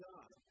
God